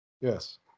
Yes